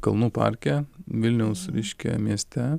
kalnų parke vilniaus reiškia mieste